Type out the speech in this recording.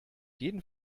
jeden